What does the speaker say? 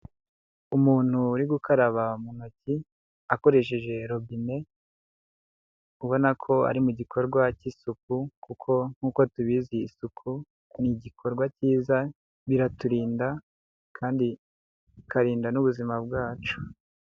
Umuntu uri gukaraba mu ntoki akoresheje robine ubona ko ari mu gikorwa cy'isuku kuko nk'uko tubizi isuku ni igikorwa cyiza, biraturinda kandi bikarinda n'ubuzima bwacu.